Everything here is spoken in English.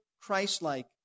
Christ-like